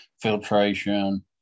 filtration